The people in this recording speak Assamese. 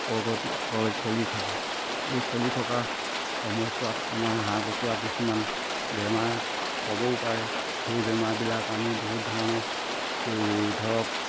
চলি থাকোঁ এই চলি থকা সময়ছোৱাত আমাৰ হাঁহ কুকুৰা কিছুমান বেমাৰ হ'বও পাৰে সেই বেমাৰবিলাক আমি বহুত ধৰণে ধৰক